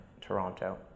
Toronto